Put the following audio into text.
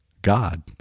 God